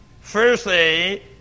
Firstly